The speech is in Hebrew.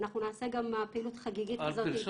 אנחנו נעשה גם פעילות חגיגית כזאת --- פרסומת